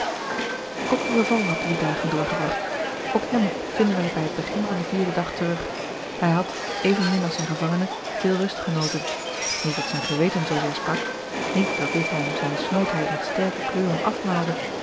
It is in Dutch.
beval had drie dagen doorgebragt ook hem vinden wij george een ongeluksvogel bij het begin van den vierden dag terug hij had evenmin als zijn gevangene veel rust genoten niet dat zijn geweten zoo zeer sprak niet dat dit hem zijne snoodheid met sterke kleuren afmaalde